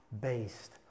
based